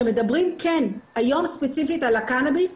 שמדברים כן היום ספציפית על הקנביס,